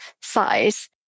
size